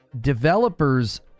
Developers